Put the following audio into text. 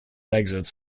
exits